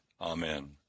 Amen